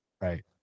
right